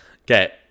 Okay